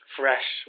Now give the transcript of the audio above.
fresh